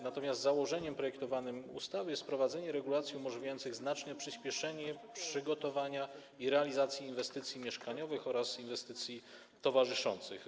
Natomiast założeniem projektowanej ustawy jest wprowadzenie regulacji umożliwiających znaczne przyspieszenie przygotowania i realizacji inwestycji mieszkaniowych oraz inwestycji towarzyszących.